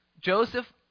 Joseph